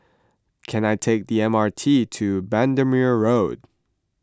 can I take the M R T to Bendemeer Road